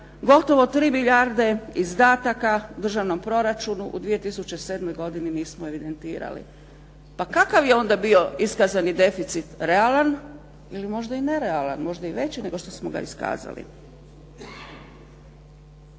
gotovo 3 milijarde izdataka u državnom proračunu u 2007. godini nismo evidentirali. Pa kakav je onda bio iskazani deficit realan ili možda i nerealan, možda i veći nego što smo ga iskazali.